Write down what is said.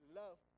love